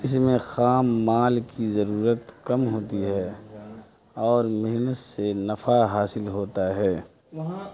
اس میں خام مال کی ضرورت کم ہوتی ہے اور محنت سے نفع حاصل ہوتا ہے